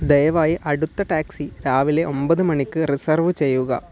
ദയവായി അടുത്ത ടാക്സി രാവിലെ ഒൻപത് മണിക്ക് റിസർവ് ചെയ്യുക